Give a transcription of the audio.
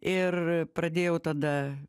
ir pradėjau tada